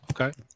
okay